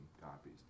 copies